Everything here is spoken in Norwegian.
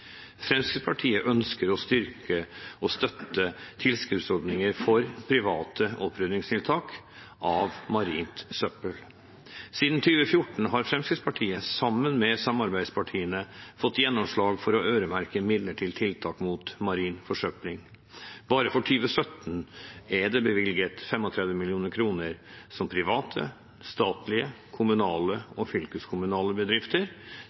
Fremskrittspartiet ønsker å styrke og støtte tilskuddsordninger for private opprydningstiltak mot marint søppel. Siden 2014 har Fremskrittspartiet, sammen med samarbeidspartiene, fått gjennomslag for å øremerke midler til tiltak mot marin forsøpling. Bare for 2017 er det bevilget 35 mill. kr, som private, statlige, kommunale og fylkeskommunale bedrifter,